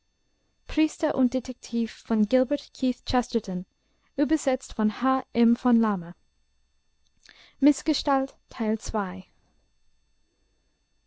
und besonders von